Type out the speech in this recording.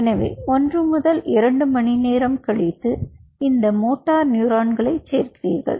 எனவே 1 முதல் 2 மணி நேரம் கழித்து இந்த மோட்டார் நியூரான்களைச் சேர்க்கிறீர்கள்